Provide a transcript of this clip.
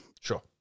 Sure